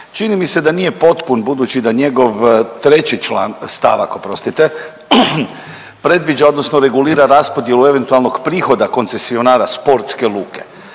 Čini mi se da nije potpun budući da njegov treći član, stavak oprostite predviđa odnosno regulira raspodjelu eventualnog prihoda koncesionara sportske luke.